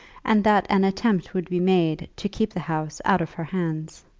and that an attempt would be made to keep the house out of her hands.